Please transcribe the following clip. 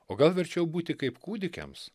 o gal verčiau būti kaip kūdikiams